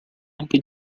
anche